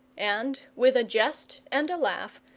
and, with a jest and a laugh,